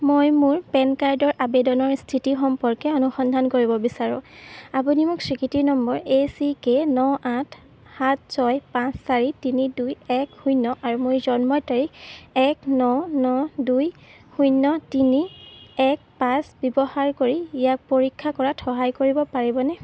মই মোৰ পেন কাৰ্ডৰ আবেদনৰ স্থিতি সম্পৰ্কে অনুসন্ধান কৰিব বিচাৰোঁ আপুনি মোক স্বীকৃতি নম্বৰ এ চি কে ন আঠ সাত ছয় পাঁচ চাৰি তিনি দুই এক শূন্য আৰু মোৰ জন্ম তাৰিখ এক ন ন দুই শূন্য তিনি এক পাঁচ ব্যৱহাৰ কৰি ইয়াক পৰীক্ষা কৰাত সহায় কৰিব পাৰিবনে